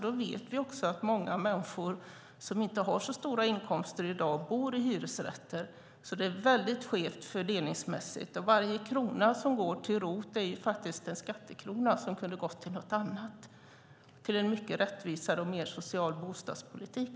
Vi vet också att många människor som inte har så stora inkomster i dag bor i hyresrätter, så det är väldigt skevt fördelningsmässigt. Varje krona som går till ROT är faktiskt en skattekrona som kunde ha gått till något annat, till en mycket rättvisare och mer social bostadspolitik.